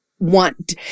Want